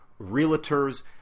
realtors